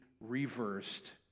reversed